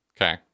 okay